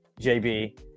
JB